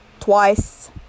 Twice